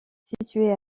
située